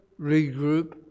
regroup